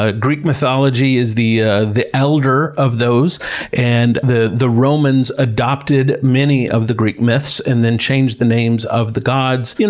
ah greek mythology is the ah the elder of those and the the romans and many of the greek myths and then changed the names of the gods. you know